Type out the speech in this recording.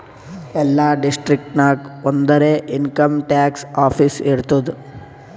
ಎಲ್ಲಾ ಡಿಸ್ಟ್ರಿಕ್ಟ್ ನಾಗ್ ಒಂದರೆ ಇನ್ಕಮ್ ಟ್ಯಾಕ್ಸ್ ಆಫೀಸ್ ಇರ್ತುದ್